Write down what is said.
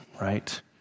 right